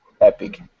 epic